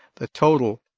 the total